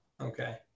okay